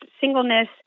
singleness